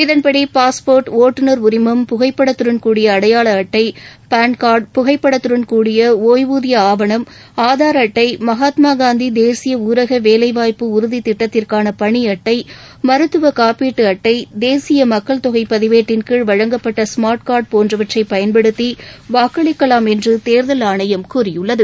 இதன்படி பாஸ்போர்ட் ஓட்டுநர் உரிமம் புகைப்படத்துடன் கூடிய அடையாள அட்டை பான் கார்டு புகைப்படத்துடன் கூடிய ஒய்வூதிய ஆவணம் ஆதார் அட்டை மகாத்மாகாந்தி தேசிய ஊரக வேலைவாய்ப்பு டறுதித்திட்டத்திற்கான பணி அட்டை மருத்துவக் காப்பீடு அட்டை தேசிய மக்கள் தொகை பதிவேட்டின் கீழ் வழங்கப்பட்ட ஸ்மார்ட் கார்டு போன்றவற்றை பயன்படுத்தி வாக்களிக்கலாம் என்று தேர்தல் ஆணையம் கூறியுள்ளது